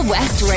West